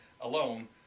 alone